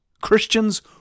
Christians